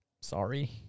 sorry